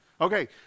Okay